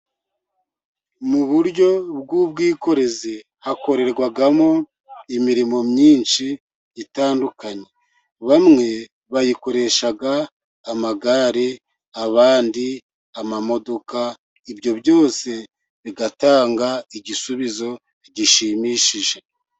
Mu buryo bw'ubwikorezi hakorerwamo imirimo myinshi itandukanye, bamwe bayikoresha amagare, abandi amamodoka, ibyo byose bitanga igisubizo gishimishije.